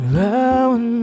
round